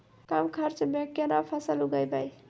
कम खर्चा म केना फसल उगैबै?